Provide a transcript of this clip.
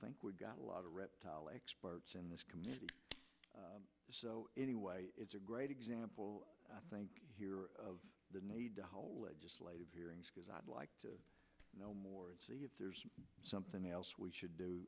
think we've got a lot of reptile experts in this committee so anyway it's a great example i think of the need to hold legislative hearings because i'd like to know more and see if there's something else we should do